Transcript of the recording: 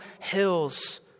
hills